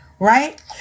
Right